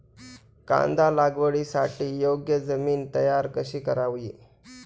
कांदा लागवडीसाठी योग्य जमीन तयार कशी करावी?